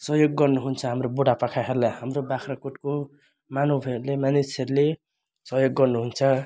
सहयोग गर्नु हुन्छ हाम्रो बुढापाकाहरूलाई हाम्रा बाग्राकोटको मानवहरूले मानिसहरूले सहयोग गर्नु हुन्छ